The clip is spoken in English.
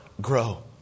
grow